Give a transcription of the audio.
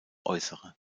äußere